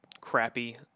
crappy